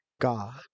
God